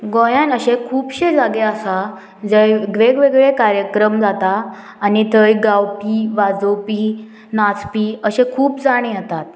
गोंयान अशे खुबशे जागे आसा जंय वेगवेगळे कार्यक्रम जाता आनी थंय गावपी वाजोवपी नाचपी अशे खूब जाणी येतात